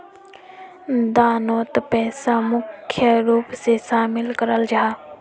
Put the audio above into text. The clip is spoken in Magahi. दानोत पैसा मुख्य रूप से शामिल कराल जाहा